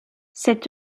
cet